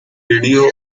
radio